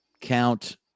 count